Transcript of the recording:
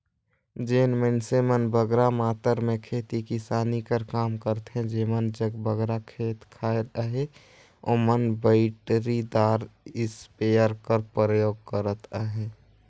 जेन मइनसे मन बगरा मातरा में खेती किसानी कर काम करथे जेमन जग बगरा खेत खाएर अहे ओमन बइटरीदार इस्पेयर कर परयोग करत अहें